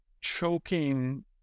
choking